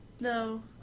No